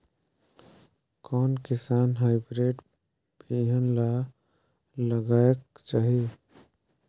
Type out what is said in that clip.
कोन किसम हाईब्रिड बिहान ला लगायेक चाही?